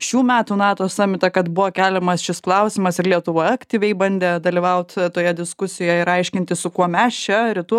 šių metų nato samitą kad buvo keliamas šis klausimas ir lietuva aktyviai bandė dalyvaut toje diskusijoje ir aiškintis su kuo mes čia rytų